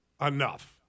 Enough